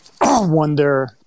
wonder